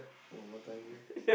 one more time